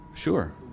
Sure